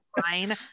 fine